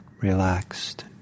relaxed